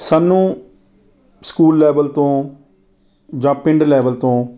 ਸਾਨੂੰ school level ਤੋਂ ਜਾਂ ਪਿੰਡ ਲੈਵਲ ਤੋਂ